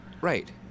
Right